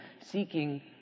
seeking